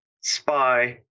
spy